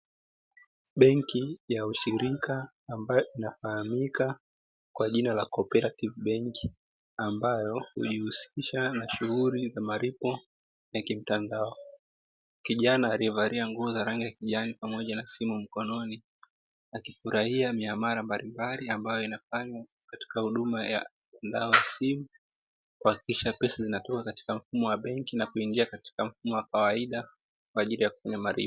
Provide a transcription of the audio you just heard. Benki ya ushirika ambayo inafahamika kwa jina la jina la "CO-OPERATIVE BANK" ambayo inajihusisha na shughuli za malipo ya kimtandao. Kijana aliyevalia nguo za rangi ya kijani pamoja na simu mkononi, akifurahia miamala mbalimbali ambayo inafanywa katika huduma ya mtandao wa simu, kuhakikisha pesa zinatumwa katika mfumo wa benki na kuingia katika mfumo wa kawaida kwa ajili ya kufanya malipo.